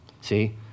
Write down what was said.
See